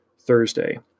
Thursday